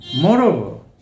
Moreover